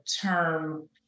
term